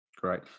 Great